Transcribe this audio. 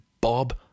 Bob